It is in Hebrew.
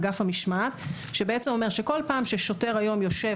אגף המשמעת שאומר שבכל פעם ששוטר יושב